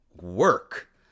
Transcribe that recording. Work